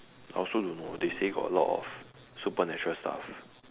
I also don't know they say got a lot of supernatural stuff